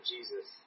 Jesus